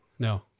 No